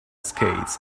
skates